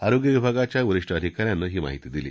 आरोग्य विभागाच्या वरिष्ठ अधिकाऱ्यानं ही माहिती दिली